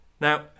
Now